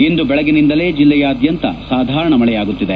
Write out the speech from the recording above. ಇಂದು ಬೆಳಗ್ಗೆಯಿಂದಲೇ ಜೆಲ್ಲೆಯಾದ್ಯಂತ ಸಾಧಾರಣ ಮಳೆಯಾಗುತ್ತಿದೆ